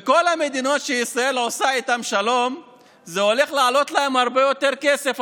בכל המדינות שישראל עושה איתן שלום הביטחון הולך לעלות הרבה יותר כסף.